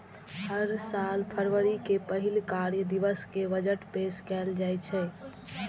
हर साल फरवरी के पहिल कार्य दिवस कें बजट पेश कैल जाइ छै